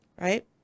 Right